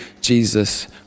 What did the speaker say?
Jesus